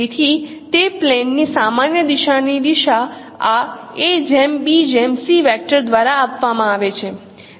તેથી તે પ્લેન ની સામાન્ય દિશાની દિશા આ વેક્ટર દ્વારા આપવામાં આવે છે